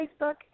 Facebook